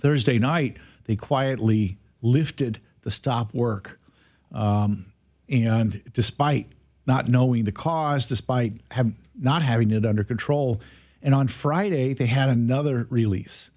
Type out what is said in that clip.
thursday night they quietly lifted the stop work and despite not knowing the cause despite having not having it under control and on friday they had another release